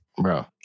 Bro